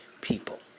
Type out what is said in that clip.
people